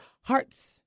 hearts